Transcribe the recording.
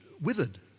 withered